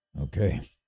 Okay